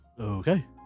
Okay